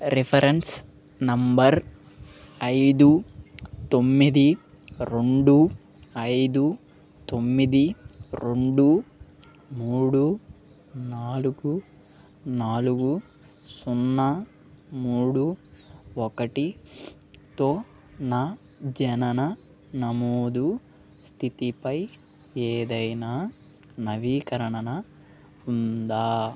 reference number ఐదు తొమ్మిది రెండు ఐదు తొమ్మిది రెండు మూడు నాలుగు నాలుగు సున్నా మూడు ఒకటి తో నా జనన నమోదు స్థితిపై ఏదైనా నవీకరణ ఉందా